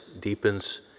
deepens